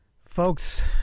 folks